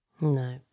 No